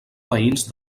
veïns